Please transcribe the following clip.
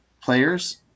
players